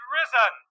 risen